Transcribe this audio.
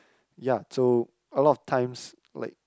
ya so a lot of times like